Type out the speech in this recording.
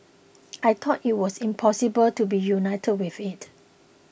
I thought it was impossible to be reunited with it